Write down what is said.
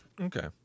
Okay